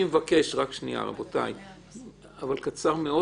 --- אבל קצר.